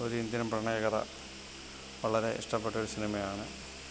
ഒരു ഇന്ത്യൻ പ്രണയകഥ വളരെ ഇഷ്ടപ്പെട്ടൊരു സിനിമയാണ്